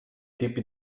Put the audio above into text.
tipi